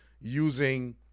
using